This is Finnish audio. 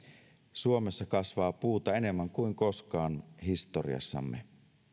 suomessa kasvaa puuta enemmän kuin koskaan historiassamme